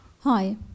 Hi